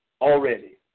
already